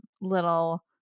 little